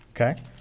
okay